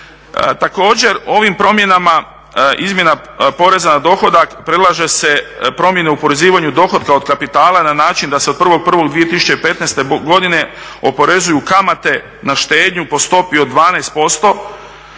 Također ovim promjenama izmjena poreza na dohodak predlaže se promjena u oporezivanju dohotka od kapitala na način da se od 1.1.2015.godine oporezuju kamate na štednju po stopi od 12%,